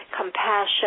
compassion